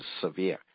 severe